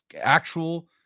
actual